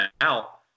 out